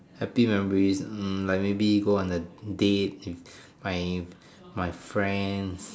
happy memories like maybe go on a date my my friends